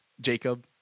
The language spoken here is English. Jacob